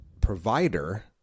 provider